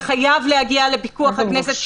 זה חייב להגיע לפיקוח הכנסת.